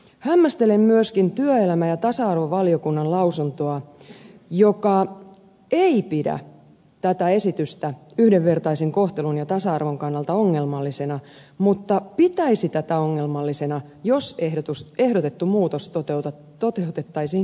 hämmästelen myöskin työelämä ja tasa arvovaliokunnan lausuntoa joka ei pidä tätä esitystä yhdenvertaisen kohtelun ja tasa arvon kannalta ongelmallisena mutta pitäisi tätä ongelmallisena jos ehdotettu muutos toteutettaisiin pysyvänä